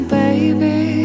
baby